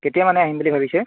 কেতিয়ামানে আহিম বুলি ভাবিছে